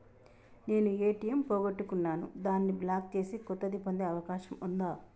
నేను ఏ.టి.ఎం పోగొట్టుకున్నాను దాన్ని బ్లాక్ చేసి కొత్తది పొందే అవకాశం ఉందా?